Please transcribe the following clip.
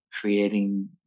creating